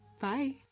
Bye